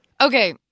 Okay